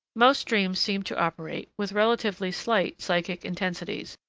most dreams seem to operate with relatively slight psychic intensities,